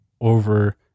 over